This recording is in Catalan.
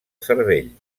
cervell